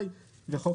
הצבעה סעיף 85(58)